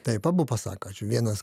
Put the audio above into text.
taip abu pasako ačiū vienas